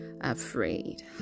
afraid